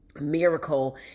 miracle